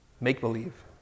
make-believe